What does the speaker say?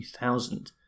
2000